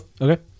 Okay